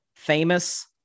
Famous